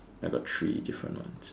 I got three different ones